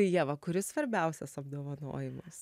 ieva kuri svarbiausias apdovanojimas